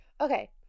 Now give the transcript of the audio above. Okay